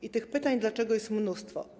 I tych pytań: dlaczego, jest mnóstwo.